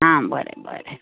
आं बरें बरें